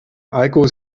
alkohol